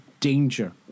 Danger